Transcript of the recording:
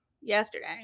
yesterday